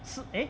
是 eh